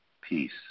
peace